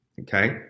Okay